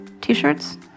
T-shirts